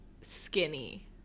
skinny